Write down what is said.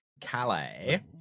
Calais